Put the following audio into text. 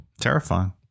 Terrifying